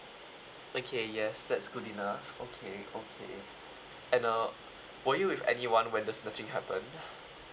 okay yes that's good enough okay okay and uh were you with anyone when the snatching happened